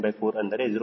2794 ಅಂದರೆ 0